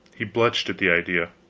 he blenched at the idea